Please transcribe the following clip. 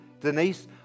Denise